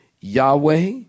Yahweh